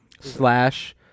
slash